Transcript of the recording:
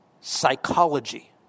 psychology